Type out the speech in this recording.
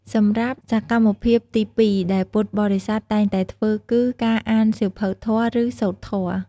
សម្រាប់សកម្មភាពទីពីរដែលពុទ្ធបរិស័ទតែងតែធ្វើគឺ ការអានសៀវភៅធម៌ ឬ សូត្រធម៌។